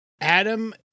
Adam